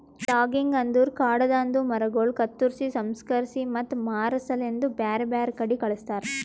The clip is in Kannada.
ಲಾಗಿಂಗ್ ಅಂದುರ್ ಕಾಡದಾಂದು ಮರಗೊಳ್ ಕತ್ತುರ್ಸಿ, ಸಂಸ್ಕರಿಸಿ ಮತ್ತ ಮಾರಾ ಸಲೆಂದ್ ಬ್ಯಾರೆ ಬ್ಯಾರೆ ಕಡಿ ಕಳಸ್ತಾರ